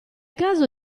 caso